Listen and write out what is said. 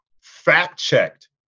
fact-checked